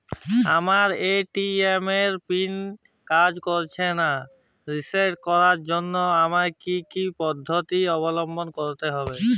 আমার এ.টি.এম এর পিন কাজ করছে না রিসেট করার জন্য আমায় কী কী পদ্ধতি অবলম্বন করতে হবে?